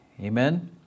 Amen